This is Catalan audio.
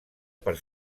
per